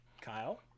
Kyle